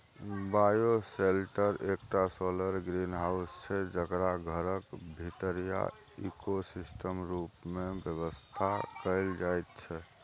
bioshelter एकटा solar greenhouse छै जकरा घरक भीतरीया इकोसिस्टम रुप मे बेबस्था कएल जाइत छै